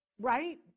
right